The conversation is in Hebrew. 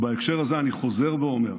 בהקשר הזה אני חוזר ואומר,